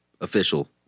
Official